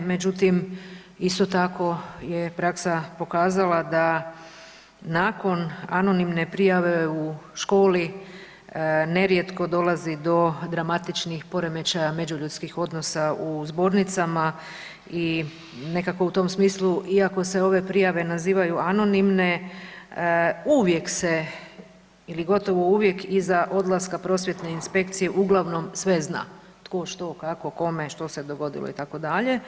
Međutim, isto tako je praksa pokazala da nakon anonimne prijave u školi nerijetko dolazi do dramatičnih poremećaja međuljudskih odnosa u zbornicama i nekako u tom smislu iako se ove prijave nazivaju anonimne uvijek se ili gotovo uvijek iza odlaska prosvjetne inspekcije uglavnom sve zna tko, što, kako, kome, što se dogodilo itd.